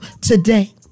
today